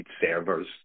servers